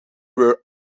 were